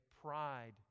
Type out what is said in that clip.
pride